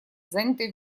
занятые